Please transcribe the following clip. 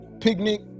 picnic